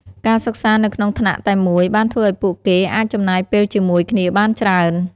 ការសិក្សានៅក្នុងថ្នាក់តែមួយបានធ្វើឲ្យពួកគេអាចចំណាយពេលជាមួយគ្នាបានច្រើន។